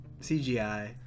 CGI